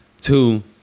Two